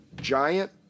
giant